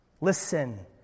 Listen